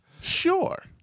Sure